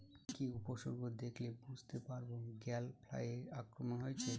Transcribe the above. কি কি উপসর্গ দেখলে বুঝতে পারব গ্যাল ফ্লাইয়ের আক্রমণ হয়েছে?